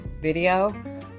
video